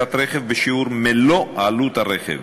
לרכישת רכב בשיעור מלוא עלות הרכב